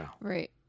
Right